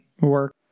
work